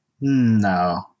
no